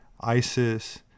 Isis